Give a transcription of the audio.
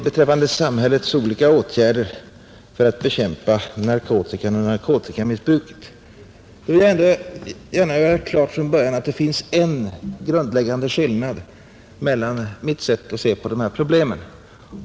Beträffande samhällets olika åtgärder för att bekämpa narkotika och narkotikamissbruk vill jag från början göra klart att det finns en grundläggande skillnad mellan mitt och fru Kristenssons sätt att se på problemen.